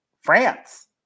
France